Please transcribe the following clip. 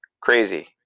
crazy